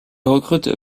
recrute